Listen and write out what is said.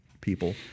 people